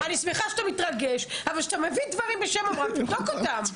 אני שמחה שאתה מתרגש אבל כשאתה מביא דברים בשם אמרם תבדוק אותם.